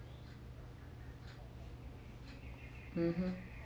mmhmm